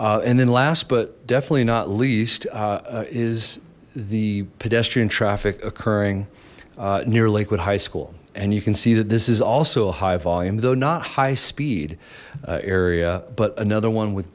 fill and then last but definitely not least is the pedestrian traffic occurring near lakewood high school and you can see that this is also a high volume though not high speed area but another one with